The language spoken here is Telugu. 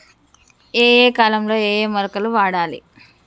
ఏయే కాలంలో ఏయే మొలకలు వాడాలి?